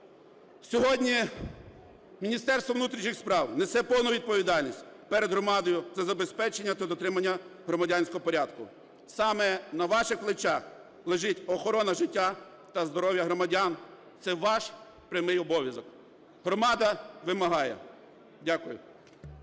Сьогодні Міністерство внутрішніх справ несе повну відповідальність перед громадою – це забезпечення та дотримання громадянського порядку. Саме на ваших плечах лежить охорона життя та здоров'я громадян, це ваш прямий обов'язок. Громада вимагає. Дякую.